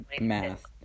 math